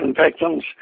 victims